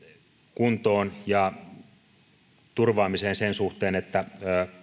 kuntoon ja turvaamiseen sen suhteen että